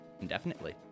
indefinitely